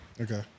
Okay